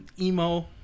Emo